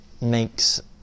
makes